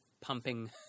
pumping